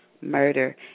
murder